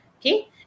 Okay